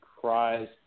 cries